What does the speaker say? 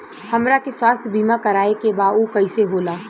हमरा के स्वास्थ्य बीमा कराए के बा उ कईसे होला?